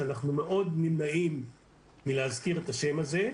כשאנחנו מאוד נמנעים מלהזכיר את השם הזה.